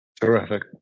Terrific